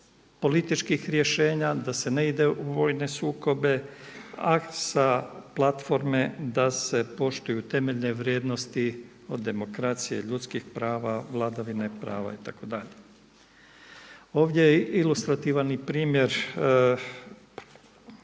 političkih rješenja, da se ne ide u vojne sukobe a sa platforme da se poštuje temeljne vrijednosti od demokracije, ljudskih prava, vladavine prava itd. Ovdje je ilustrativan i primjer onoga